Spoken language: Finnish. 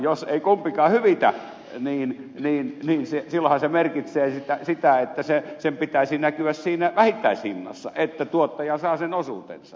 jos ei kumpikaan hyvitä niin silloinhan se merkitsee sitä että sen pitäisi näkyä siinä vähittäishinnassa että tuottaja saa sen osuutensa